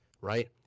right